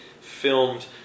filmed